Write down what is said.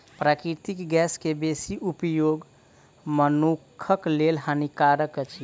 प्राकृतिक गैस के बेसी उपयोग मनुखक लेल हानिकारक अछि